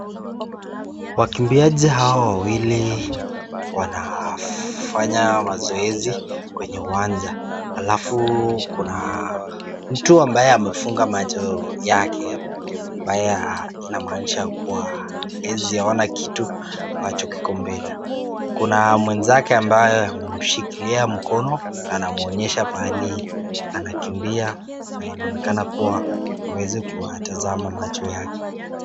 Wakimbiaji hawa wawili wanafanya mazoezi kwenye uwanja. Halafu kuna mtu ambaye amefunga macho yake, ambayo inamaanisha kuwa hawezi ona kitu ambacho kiko mbele. Kuna mwenzake ambaye amemshikilia mkono. Anamwonyesha pahali anakimbia na inaonekana kuwa, hawezi kuyatazama macho yake.